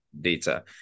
data